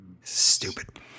Stupid